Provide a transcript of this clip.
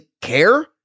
care